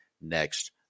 next